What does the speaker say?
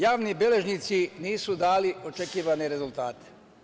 Javni beležnici nisu dali očekivane rezultate.